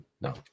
No